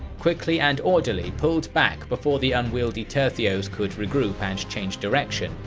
quickly and orderly pulled back before the unwieldy tercios could regroup and change direction,